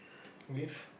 with